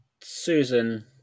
Susan